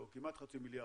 או כמעט חצי מיליארד,